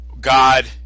god